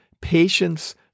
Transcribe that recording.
patience